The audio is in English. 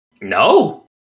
No